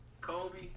Kobe